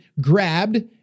grabbed